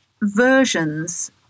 versions